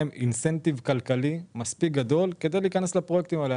אינסנטיב כלכלי מספיק גדול כדי להיכנס לפרויקטים האלה,